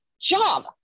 job